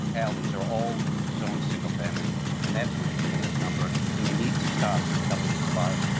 alleys, are all zoned single-family and that's where you getting this number and you need to stop telling the sly,